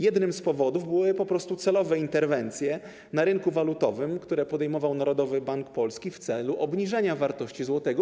Jednym z powodów były po prostu celowe interwencje na rynku walutowym, które podejmował Narodowy Bank Polski, w celu obniżenia wartości złotego.